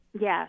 Yes